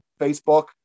Facebook